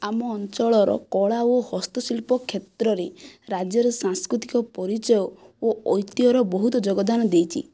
ଆମ ଅଞ୍ଚଳର କଳା ଓ ହସ୍ତଶିଳ୍ପ କ୍ଷେତ୍ରରେ ରାଜ୍ୟରେ ସାଂସ୍କୃତିକ ପରିଚୟ ଓ ଐତିହର ବହୁତ ଯୋଗଦାନ ଦେଇଛି